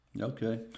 Okay